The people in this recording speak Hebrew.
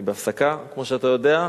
אני בהפסקה, כמו שאתה יודע.